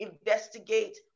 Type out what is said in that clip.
investigate